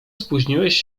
spóźniłeś